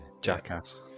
jackass